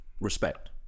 Respect